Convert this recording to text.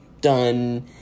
done